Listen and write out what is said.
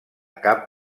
cap